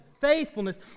faithfulness